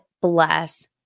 bless